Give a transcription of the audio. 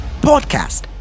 Podcast